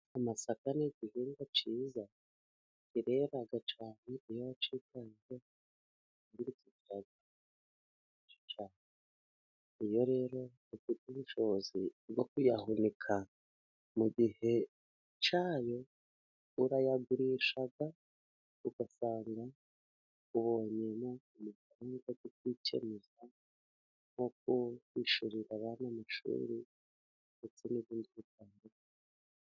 Amasaka ni igihingwa cyiza kirera cyane, iyo wacyitayeho ndetse ukagifumbira, iyo rero ufite ubushobozi bwo kuyahunika mu gihe cyayo, urayagurisha ugasanga ubonyemo amafaranga yo kwikenuza, nko kwishyurira abana amashuri, ndetse n'ibindi bitandukanye.